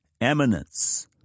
eminence